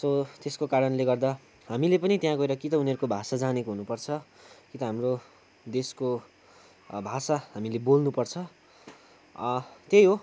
so त्यसको कारणले गर्दा हामीले पनि त्यहाँ गएर कि त उनीहरूको भाषा जानेको हुनुपर्छ कि त हाम्रो देशको भाषा हामीले बोल्नुपर्छ त्यही हो